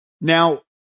Now